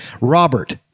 Robert